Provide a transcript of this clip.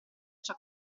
ciò